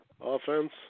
Offense